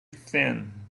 thin